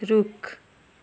रुख